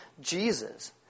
Jesus